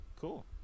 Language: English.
cool